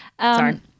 Sorry